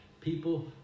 people